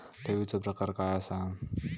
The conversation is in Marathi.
ठेवीचो प्रकार काय असा?